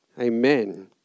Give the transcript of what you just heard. Amen